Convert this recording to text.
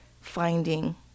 finding